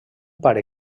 pare